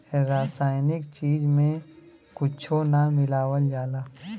रासायनिक चीज में कुच्छो ना मिलावल जाला